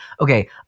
Okay